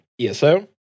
eso